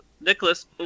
Nicholas